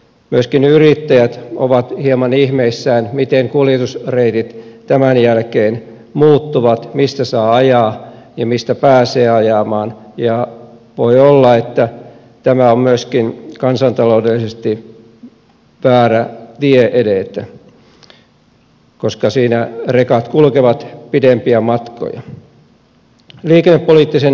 myöskin yrittäjät ovat hieman ihmeissään miten kuljetusreitit tämän jälkeen muuttuvat mistä saa ajaa ja mistä pääsee ajamaan ja voi olla että tämä on myöskin kansantaloudellisesti väärä tie edetä koska siinä rekat kulkevat pidempiä matkoja